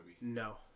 No